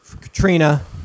Katrina